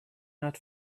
not